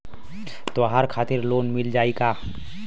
त्योहार खातिर लोन मिल जाई का?